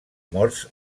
morse